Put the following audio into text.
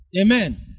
Amen